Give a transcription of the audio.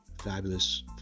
fabulous